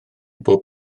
bob